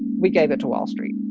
we gave it to wall street